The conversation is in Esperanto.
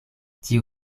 tiu